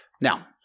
Now